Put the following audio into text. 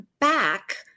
back